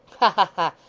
ha ha!